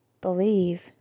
believe